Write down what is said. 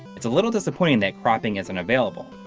it's a little disappointing that cropping isn't available,